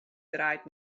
draait